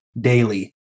daily